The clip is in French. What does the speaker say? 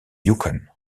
yukon